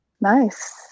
Nice